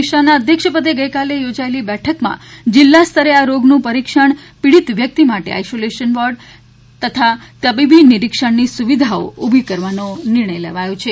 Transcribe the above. મિશ્રાના અધ્યક્ષપદે ગઈકાલે યોજાયેલી બેઠકમાં જિલ્લા સ્તરે આ રોગનું પરીક્ષણ પીડિત વ્યક્તિ માટે આઈસોલેશન બોર્ડ અને તબીબી નીરિક્ષણની સુવિધાઓ ઊભી કરવાનો નિર્ણય લેવાયો છે